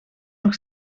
nog